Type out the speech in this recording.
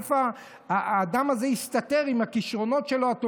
איפה האדם הזה הסתתר עם הכישרונות שלו, הטובים?